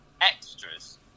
Extras